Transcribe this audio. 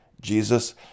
Jesus